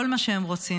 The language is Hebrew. כל מה שהם רוצים,